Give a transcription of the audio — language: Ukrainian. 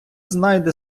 знайде